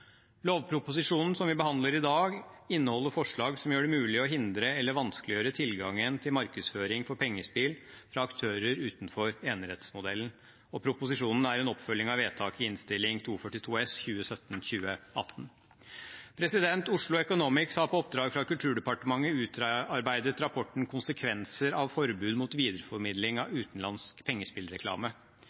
Lovproposisjonen som vi behandler i dag, inneholder forslag som gjør det mulig å hindre eller vanskeliggjøre tilgangen til markedsføring for pengespill fra aktører utenfor enerettsmodellen. Proposisjonen er en oppfølging av vedtak i Innst. 242 S for 2017–2018. Oslo Economics har på oppdrag fra Kulturdepartementet utarbeidet rapporten «Konsekvenser av forbud mot videreformidling av utenlandsk pengespillreklame».